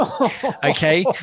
okay